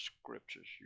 scriptures